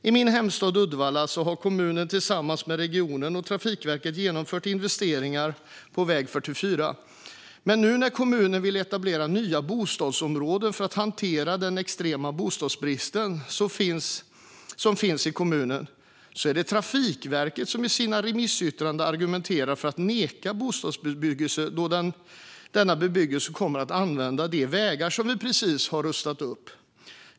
I min hemstad Uddevalla har kommunen tillsammans med regionen och Trafikverket genomfört investeringar på väg 44. Men nu när kommunen vill etablera nya bostadsområden för att hantera den extrema bostadsbrist som finns i kommunen är det Trafikverket som i sina remissyttranden argumenterar för att neka bostadsbebyggelse då denna bebyggelse kommer att leda till att man kommer att använda de vägar som vi precis har rustat upp.